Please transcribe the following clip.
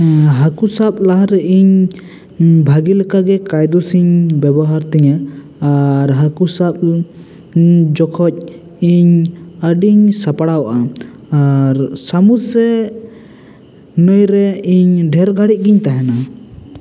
ᱦᱟᱹᱠᱩ ᱥᱟᱵ ᱞᱟᱦᱟ ᱨᱮ ᱤᱧ ᱵᱷᱟᱜᱮ ᱞᱮᱠᱟ ᱜᱮ ᱠᱟᱭᱨᱩᱥ ᱤᱧ ᱵᱮᱵᱚᱦᱟᱨ ᱛᱤᱧᱟᱹ ᱟᱨ ᱦᱟᱹᱠᱩ ᱥᱟᱵ ᱡᱚᱠᱷᱚᱡ ᱤᱧ ᱟᱹᱰᱤᱧ ᱥᱟᱯᱲᱟᱜᱼᱟ ᱟᱨ ᱥᱟᱢᱩᱥ ᱥᱮ ᱱᱟᱭ ᱨᱮ ᱤᱧ ᱰᱷᱮᱨ ᱜᱷᱟᱹᱲᱤᱜ ᱜᱮᱧ ᱛᱟᱦᱮᱱᱟ